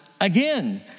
again